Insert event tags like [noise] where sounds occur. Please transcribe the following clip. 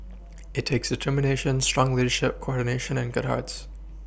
[noise] it takes determination strong leadership coordination and good hearts